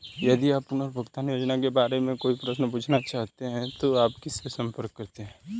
यदि आप पुनर्भुगतान योजनाओं के बारे में कोई प्रश्न पूछना चाहते हैं तो आप किससे संपर्क करते हैं?